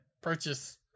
purchase